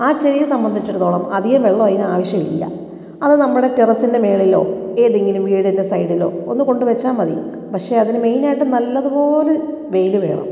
ആ ചെടിയെ സംബന്ധിച്ചിടത്തോളം അധികം വെള്ളം അതിനാവശ്യം ഇല്ല അത് നമ്മുടെ ടെറസിൻ്റെ മേളിലോ ഏതെങ്കിലും വീടിൻ്റെ സൈഡിലോ ഒന്ന് കൊണ്ട് വെച്ചാൽ മതി പക്ഷേ അതിന് മെയിനായിട്ടും നല്ലത് പോലെ വെയിൽ വേണം